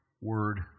word